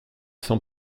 sans